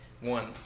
one